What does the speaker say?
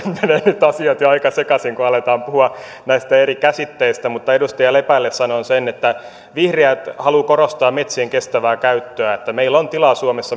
nyt asiat jo aika sekaisin kun aletaan puhua näistä eri käsitteistä mutta edustaja lepälle sanon sen että vihreät haluaa korostaa metsien kestävää käyttöä että meillä suomessa on tilaa